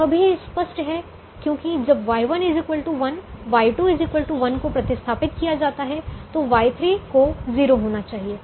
यह भी स्पष्ट है क्योंकि जब Y1 1 Y2 1 को प्रतिस्थापित किया जाता है तो Y3 को 0 होना चाहिए